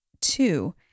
two